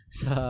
sa